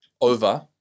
over